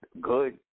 Good